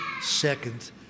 second